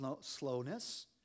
slowness